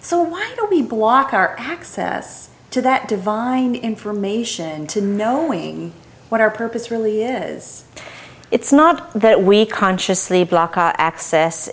so why do we block our access to that divine information to know what our purpose really is it's not that we consciously block our access